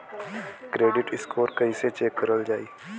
Credit score कइसे check करल जायी?